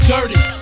Dirty